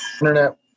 internet